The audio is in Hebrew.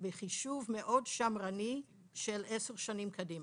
בחישוב מאוד שמרני של עשר שנים קדימה.